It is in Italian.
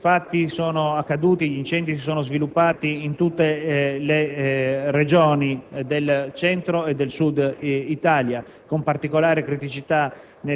ma bisogna dire che gli incendi si sono sviluppati in tutte le Regioni del Centro e del Sud Italia, con particolare criticità